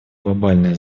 глобальное